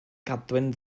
gadwyn